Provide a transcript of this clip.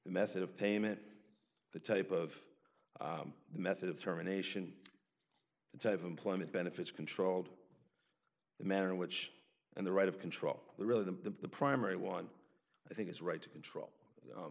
of payment the type of the method of terminations the type of employment benefits controlled the manner in which and the right of control the really the the primary one i think it's right to control